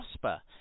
prosper